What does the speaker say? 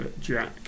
jack